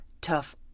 tough